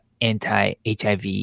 anti-HIV